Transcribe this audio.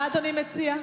מה אדוני מציע?